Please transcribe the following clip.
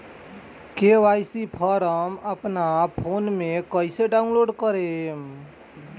KYC form अपना phone मे कइसे डाऊनलोड करेम?